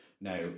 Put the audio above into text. Now